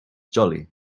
jolly